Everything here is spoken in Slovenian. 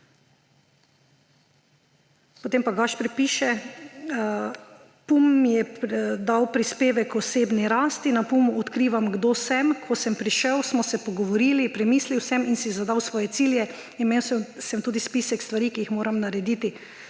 Potem pa Gašper piše: »PUM-O mi je dal prispevek k osebni rasti. Na PUM-O odkrivam, kdo sem. Ko sem prišel, smo se pogovorili, premislil sem in si zadal svoje cilje, imel sem tudi spisek stvari, ki jih moram narediti.